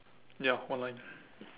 ya one line